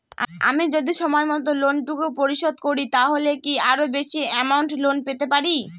আমি যদি সময় মত লোন টুকু পরিশোধ করি তাহলে কি আরো বেশি আমৌন্ট লোন পেতে পাড়ি?